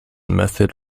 method